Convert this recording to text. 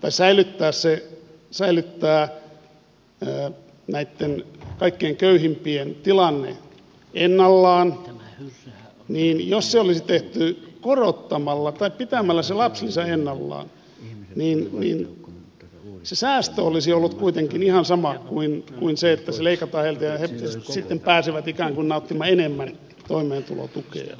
tai säilyttää näitten kaikkein köyhimpien tilanne ennallaan niin jos se olisi tehty korottamalla tai pitämällä se lapsilisä ennallaan niin se säästö olisi ollut kuitenkin ihan sama kuin se että lapsilisä leikataan heiltä ja he sitten pääsevät ikään kuin nauttimaan enemmän toimeentulotukea